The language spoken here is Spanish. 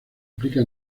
aplica